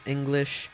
English